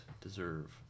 deserve